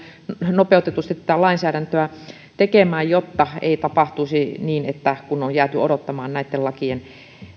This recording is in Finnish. nopeutetusti tätä lainsäädäntöä tekemään jotta katkosta ei tapahtuisi kun on jääty odottamaan niitten lakien